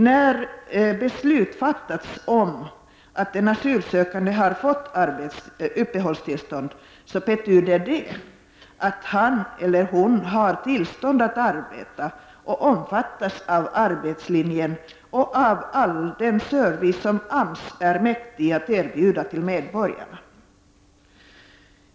När beslut fattats om att den asylsökande har fått uppehållstillstånd betyder det att han eller hon har tillstånd att arbeta och omfattas av arbetslinjen och av all den service som AMS är mäktig att erbjuda medborgarna.